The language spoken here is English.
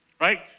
right